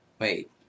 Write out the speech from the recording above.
wait